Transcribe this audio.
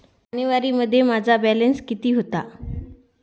जानेवारीमध्ये माझा बॅलन्स किती होता?